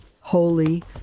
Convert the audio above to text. holy